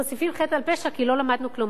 מוסיפים חטא על פשע, כי לא למדנו כלום.